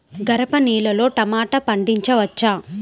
గరపనేలలో టమాటా పండించవచ్చా?